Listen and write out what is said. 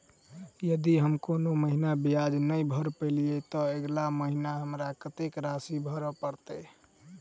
यदि हम कोनो महीना ब्याज नहि भर पेलीअइ, तऽ अगिला महीना हमरा कत्तेक राशि भर पड़तय?